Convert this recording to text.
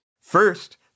First